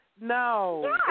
No